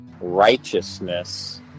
righteousness